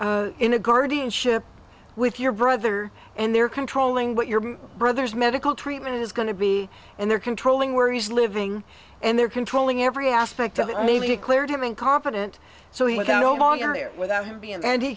are in a guardianship with your brother and they're controlling what your brother's medical treatment is going to be and they're controlling where he's living and they're controlling every aspect of it maybe declared him incompetent so he were no longer there without him being